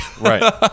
Right